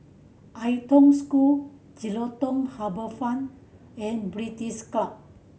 Ai Tong School Jelutung Harbour Fine and British Club